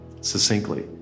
succinctly